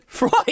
Right